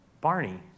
Barney